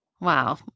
Wow